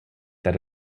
that